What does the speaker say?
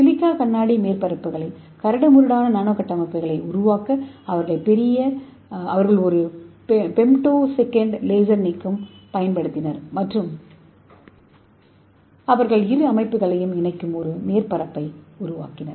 silica கண்ணாடி மேற்பரப்புகளில் கரடுமுரடான நானோ கட்டமைப்புகளை உருவாக்க அவர்கள் ஒரு ஃபெம்டோசெகண்ட் லேசர் நீக்கத்தை பயன்படுத்தினர் மற்றும் அவர்கள் இரு அமைப்புகளையும் இணைக்கும் ஒரு மேற்பரப்பை உருவாக்கினர்